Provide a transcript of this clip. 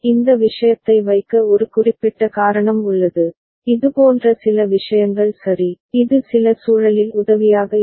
இந்த விஷயத்தை வைக்க ஒரு குறிப்பிட்ட காரணம் உள்ளது இதுபோன்ற சில விஷயங்கள் சரி இது சில சூழலில் உதவியாக இருக்கும்